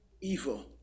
evil